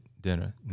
dinner